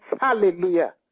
Hallelujah